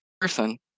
Person